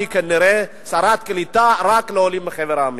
היא כנראה שרת קליטה רק לעולים מחבר העמים.